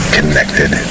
Connected